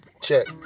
Check